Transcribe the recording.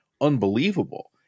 unbelievable